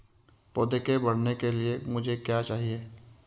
पौधे के बढ़ने के लिए मुझे क्या चाहिए?